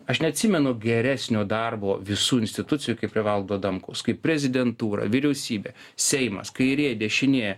aš neatsimenu geresnio darbo visų institucijų kaip prie valdo adamkaus kai prezidentūra vyriausybė seimas kairė dešinė